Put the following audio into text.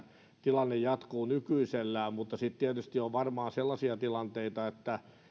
tilanne jatkuu nykyisellään mutta sitten tietysti on varmaan sellaisia tilanteita